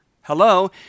hello